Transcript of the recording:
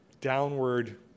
downward